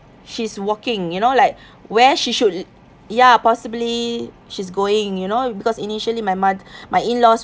she's walking you know like where she should ya possibly she's going you know because initially my moth~ my in-laws